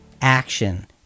action